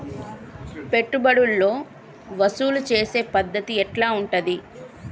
పెట్టుబడులు వసూలు చేసే పద్ధతి ఎట్లా ఉంటది?